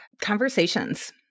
conversations